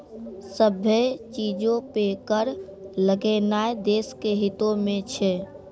सभ्भे चीजो पे कर लगैनाय देश के हितो मे छै